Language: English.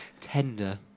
tender